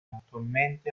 attualmente